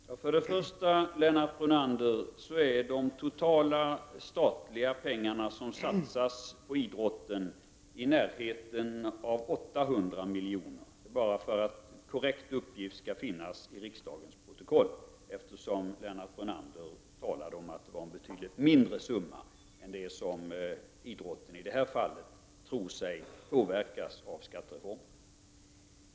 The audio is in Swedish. Herr talman! För det första, Lennart Brunander, utgör de totala statliga medlen som satsas på idrotten nära 800 miljoner. Jag nämner detta för att den korrekta uppgiften skall finnas i riksdagens protokoll, eftersom Lennart Brunander säger att stödet är betydligt mindre än den kostnad som idrottsrörelsen tror att den kommer att ådra sig genom skattereformen.